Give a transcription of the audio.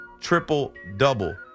triple-double